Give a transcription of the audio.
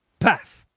paff!